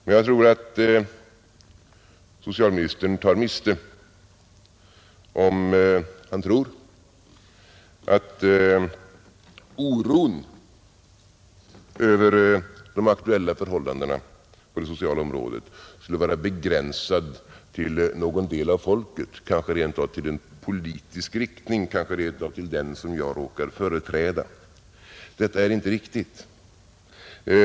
Men jag tror att socialministern tar miste om han tror att oron över de aktuella förhållandena på det sociala området skulle vara begränsad till någon del av folket — kanske rent av till en politisk riktning, kanske rent av till den som jag råkar företräda. Detta är inte riktigt.